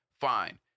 fine